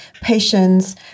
patients